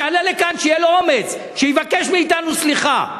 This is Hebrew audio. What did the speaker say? שיעלה לכאן, שיהיה לו אומץ, שיבקש מאתנו סליחה.